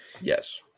Yes